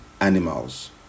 animals